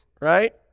right